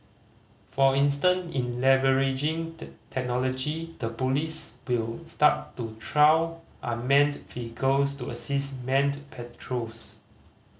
for instant in leveraging technology the police will start to trial unmanned vehicles to assist manned patrols